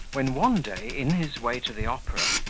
when one day, in his way to the opera,